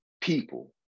people